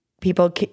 people